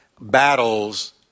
battles